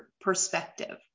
perspective